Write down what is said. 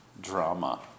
drama